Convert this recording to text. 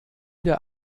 der